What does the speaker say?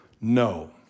No